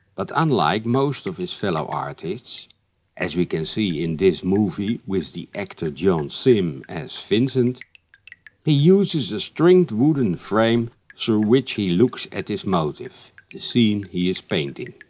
but unlike most of his fellow artists as we can see in this movie with the actor john simm as vincent he uses a stringed wooden frame through which he looks at his motif the scene he is painting.